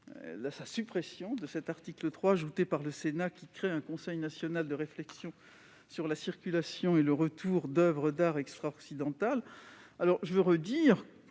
tend à supprimer l'article 3, ajouté par le Sénat, qui crée un conseil national de réflexion sur la circulation et le retour d'oeuvres d'art extra-occidentales.